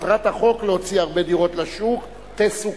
ומטרת החוק להוציא הרבה דירות לשוק תסוכל.